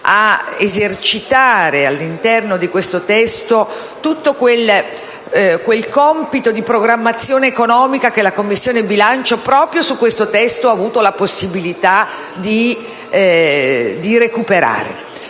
ad esercitare, all'interno di questo testo, tutto quel compito di programmazione economica che la Commissione bilancio ha avuto la possibilità di recuperare.